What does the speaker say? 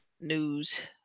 news